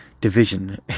division